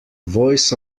voice